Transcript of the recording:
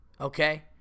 okay